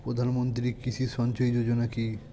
প্রধানমন্ত্রী কৃষি সিঞ্চয়ী যোজনা কি?